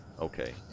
okay